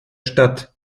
stadt